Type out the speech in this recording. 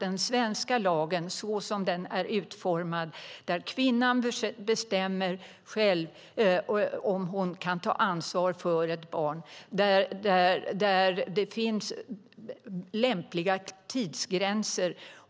Den svenska lagen är så utformad att kvinnan själv bestämmer om hon kan ta ansvar för ett barn, och det finns lämpliga tidsgränser.